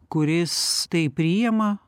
kuris tai priima